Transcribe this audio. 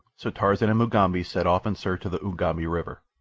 so tarzan and mugambi set off in search of the ugambi river.